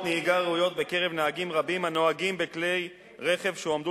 נהיגה ראויות בקרב נהגים רבים הנוהגים בכלי רכב שהועמדו